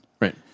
right